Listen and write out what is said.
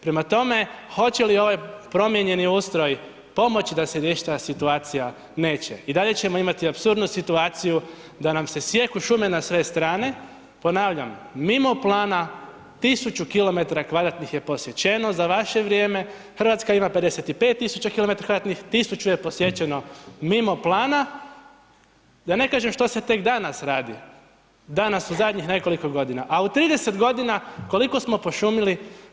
Prema tome, hoće li ovaj promijenjeni ustroj pomoć da se riješi ta situacija, neće, i dalje ćemo imati apsurdnu situaciju da nam se sijeku šume na sve strane, ponavljam, mimo plana, 1000 km2 je posječeno za vaše vrijeme, Hrvatska ima 55 000 km2, 1000 je posječeno mimo plana, da ne kažem što se tek danas radi, danas u zadnjih nekoliko godina, au 30 g. koliko smo pošumili?